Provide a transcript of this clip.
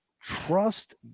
Trust